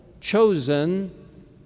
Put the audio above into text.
chosen